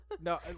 no